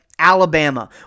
Alabama